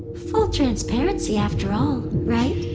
full transparency after all, right?